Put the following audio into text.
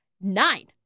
Nine